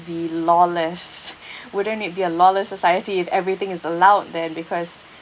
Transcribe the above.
be lawless wouldn't it be a lawless society if everything is allowed then because